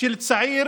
של צעיר